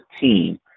team